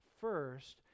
first